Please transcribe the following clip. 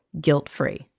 Guilt-free